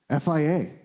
FIA